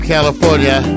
California